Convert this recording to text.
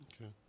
okay